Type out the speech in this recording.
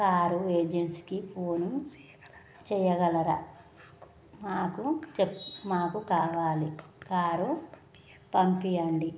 car ఏజెన్సీకి phone చేయగలరా మాకు చెప్ మాకు కావాలి కార్ పంపిచండి